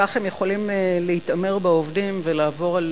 וכך הם יכולים להתעמר בעובדים ולעבור על